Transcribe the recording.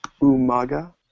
Umaga